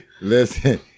Listen